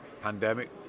pandemic